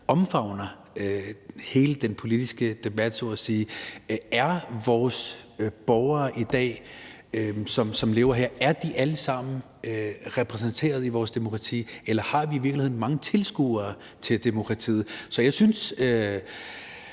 omfavner hele den politiske debat, så at sige. Er vores borgere, som lever her i dag, alle sammen repræsenteret i vores demokrati? Eller har vi i virkeligheden mange tilskuere til demokratiet? Så med